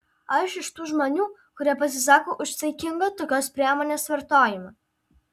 aš iš tų žmonių kurie pasisako už saikingą tokios priemonės vartojimą